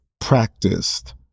practiced